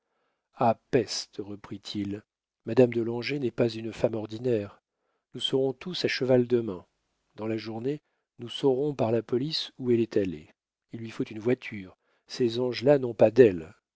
ah peste reprit-il madame de langeais n'est pas une femme ordinaire nous serons tous à cheval demain dans la journée nous saurons par la police où elle est allée il lui faut une voiture ces anges là n'ont pas d'ailes